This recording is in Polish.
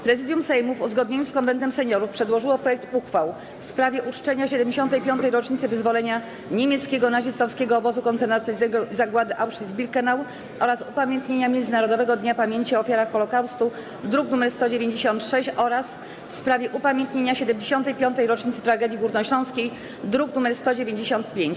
Prezydium Sejmu, w uzgodnieniu z Konwentem Seniorów, przedłożyło projekty uchwał: - w sprawie uczczenia 75. rocznicy wyzwolenia niemieckiego nazistowskiego obozu koncentracyjnego i zagłady Auschwitz-Birkenau oraz upamiętnienia Międzynarodowego Dnia Pamięci o Ofiarach Holocaustu, druk nr 196, - w sprawie upamiętnienia 75. rocznicy Tragedii Górnośląskiej, druk nr 195.